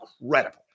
incredible